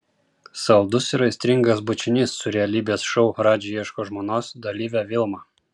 saldus ir aistringas bučinys su realybės šou radži ieško žmonos dalyve vilma